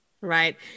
Right